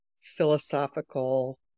philosophical